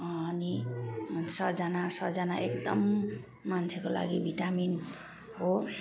अनि सजना सजना एकदम मान्छेको लागि भिटामिन हो